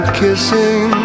kissing